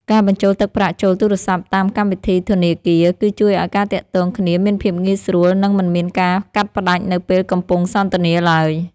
ការបញ្ចូលទឹកប្រាក់ចូលទូរសព្ទតាមកម្មវិធីធនាគារ គឺជួយឱ្យការទាក់ទងគ្នាមានភាពងាយស្រួល និងមិនមានការកាត់ផ្ដាច់នៅពេលកំពុងសន្ទនាឡើយ។